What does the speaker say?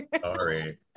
Sorry